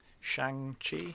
Shang-Chi